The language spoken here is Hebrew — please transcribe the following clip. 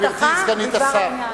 גברתי סגנית השר,